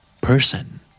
Person